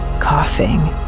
Coughing